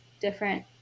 different